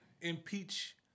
Impeach